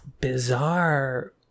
bizarre